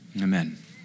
Amen